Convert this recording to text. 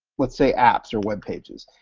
let's say, apps or web pages.